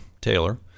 Taylor